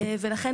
ולכן,